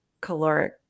caloric